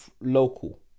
local